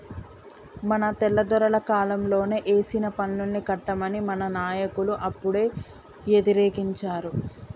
మన తెల్లదొరల కాలంలోనే ఏసిన పన్నుల్ని కట్టమని మన నాయకులు అప్పుడే యతిరేకించారు